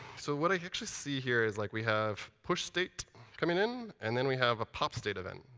so what i actually see here is like we have pushstate coming in, and then we have a popstate event.